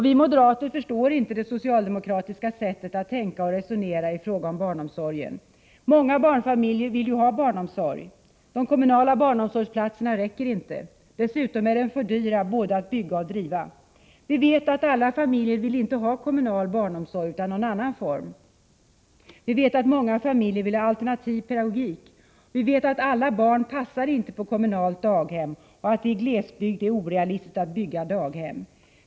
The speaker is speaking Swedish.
Vi moderater förstår inte det socialdemokratiska sättet att tänka och resonera i fråga om barnomsorgen. Många barnfamiljer vill ha barnomsorg. De kommunala barnomsorgsplatserna räcker inte. Dessutom är de för dyra både att bygga och driva. Vi vet att alla familjer inte vill ha kommunal barnomsorg utan någon annan form av barnomsorg. Vi vet att många familjer vill ha alternativ pedagogik. Vi vet att inte alla barn passar på kommunalt daghem och att det i glesbygd är orealistiskt att bygga daghem.